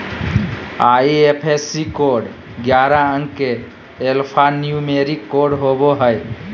IFSC code ग्यारह अंक के एल्फान्यूमेरिक कोड होवो हय